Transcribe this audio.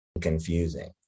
confusing